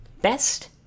best